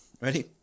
Ready